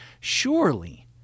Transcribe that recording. surely